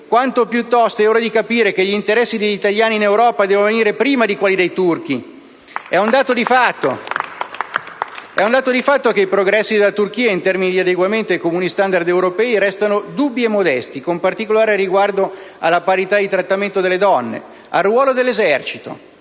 quanto piuttosto è ora di capire che gli interessi degli italiani in Europa devono venire prima di quelli dei turchi! *(Applausi dal Gruppo Ln-Aut).* È un dato di fatto che i progressi della Turchia in termini di adeguamento ai comuni *standard* europei restano dubbi e modesti, con particolare riguardo alla parità di trattamento delle donne, al ruolo dell'esercito,